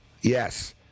Yes